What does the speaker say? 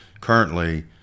Currently